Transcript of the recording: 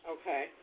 Okay